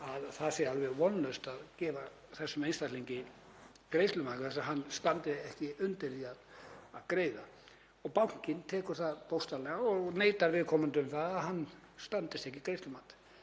að það sé alveg vonlaust að gefa þessum einstaklingi greiðslumat vegna þess að hann standi ekki undir því að greiða. Bankinn tekur það bókstaflega og neitar viðkomandi, um að hann standist ekki greiðslumat.